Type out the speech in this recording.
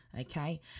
okay